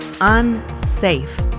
unsafe